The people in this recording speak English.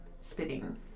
spitting